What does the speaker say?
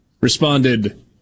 responded